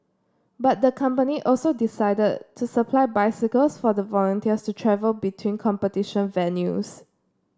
but the company also decided to supply bicycles for the volunteers to travel between competition venues